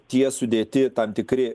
tie sudėti tam tikri